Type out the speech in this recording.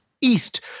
East